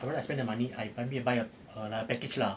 I rather I spend the money I buy me I buy like a package lah